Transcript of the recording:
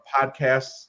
podcasts